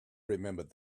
remembered